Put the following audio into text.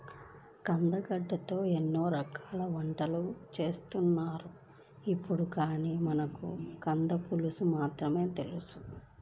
కందగడ్డతో ఎన్నో రకాల వంటకాలు చేత్తన్నారు ఇప్పుడు, కానీ మనకు కంద పులుసు మాత్రమే తెలుసు